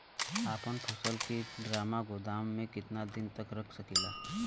अपना फसल की ड्रामा गोदाम में कितना दिन तक रख सकीला?